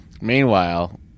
meanwhile